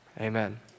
Amen